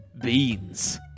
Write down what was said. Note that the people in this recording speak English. beans